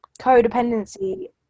codependency